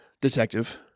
Detective